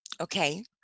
Okay